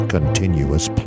Continuous